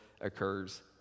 occurs